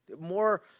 More